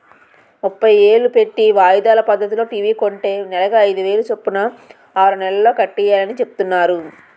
ముప్పై ఏలు పెట్టి వాయిదాల పద్దతిలో టీ.వి కొంటే నెలకి అయిదేలు సొప్పున ఆరు నెలల్లో కట్టియాలని సెప్తున్నారు